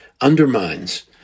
undermines